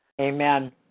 Amen